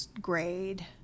grade